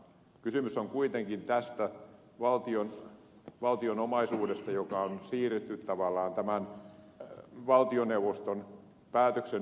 kysymys on kuitenkin valtion omaisuudesta joka on siirretty tavallaan valtioneuvoston päätöksenteon ulkopuolelle